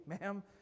ma'am